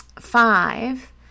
five